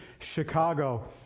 Chicago